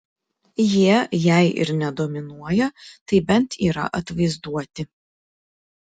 jie jei ir ne dominuoja tai bent yra atvaizduoti